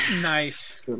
Nice